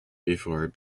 before